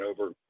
over